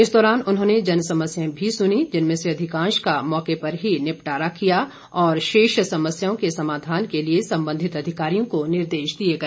इस दौरान उन्होंने जनसमस्याएं भी सुनी जिनमें से अधिकांश का मौके पर ही निपटारा कर दिया गया और शेष समस्याओं के समाधान के लिए संबंधित अधिकारियों को निर्देश दिए गए